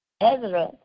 Ezra